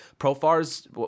Profar's